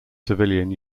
civilian